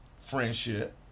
friendship